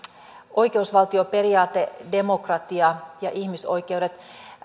oikeusvaltioperiaate demokratia ja ihmisoikeudet